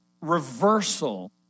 reversal